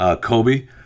Kobe